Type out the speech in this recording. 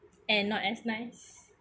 and not as nice